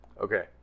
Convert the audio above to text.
Okay